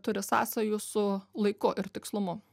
turi sąsajų su laiku ir tikslumu